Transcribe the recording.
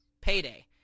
payday